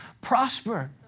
prosper